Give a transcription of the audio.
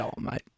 mate